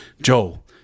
Joel